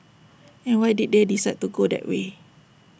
and why did they decide to go that way